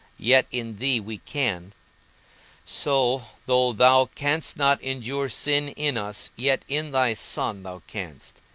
yet in thee we can so, though thou canst not endure sin in us, yet in thy son thou canst,